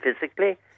physically